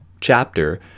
chapter